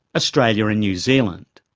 australia and new zealand.